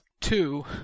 Two